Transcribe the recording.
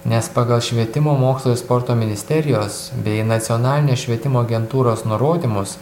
nes pagal švietimo mokslo ir sporto ministerijos bei nacionalinės švietimo agentūros nurodymus